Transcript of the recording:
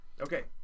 Okay